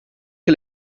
che